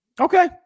Okay